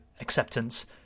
acceptance